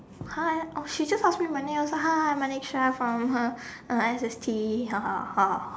she just ask me my name I was like hi my name is chef S H T E